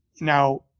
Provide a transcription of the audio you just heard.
now